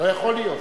לא יכול להיות.